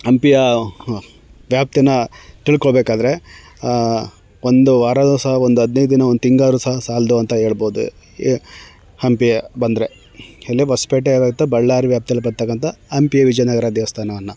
ಹಂಪಿಯ ವ್ಯಾಪ್ತಿನ ತಿಳ್ಕೊಳ್ಬೇಕಾದ್ರೆ ಒಂದು ವಾರವೂ ಸಹ ಒಂದು ಹದ್ನೈದು ದಿನ ಒಂದು ತಿಂಗಳಾದ್ರು ಸಹ ಸಾಲದು ಅಂತ ಹೇಳ್ಬೋದು ಹಂಪಿ ಬಂದರೆ ಇದು ಹೊಸ್ಪೇಟೆ ಮತ್ತೆ ಬಳ್ಳಾರಿ ವ್ಯಾಪ್ತಿಯಲ್ಲಿ ಬರತಕ್ಕಂಥ ಹಂಪಿಯ ವಿಜಯನಗರ ದೇವಸ್ಥಾನವನ್ನು